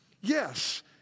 Yes